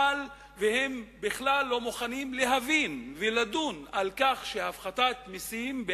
והיא בכלל לא מוכנה להבין ולדון על כך שהפחתת מסים היא